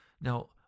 Now